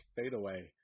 fadeaway